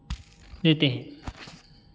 देते हैं